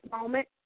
moment